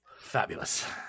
Fabulous